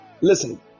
Listen